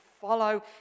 follow